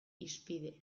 hizpide